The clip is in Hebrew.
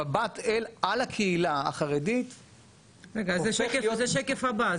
המבט על הקהילה החרדית הופך להיות --- זה השקף הבא,